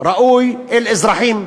ראוי אל אזרחים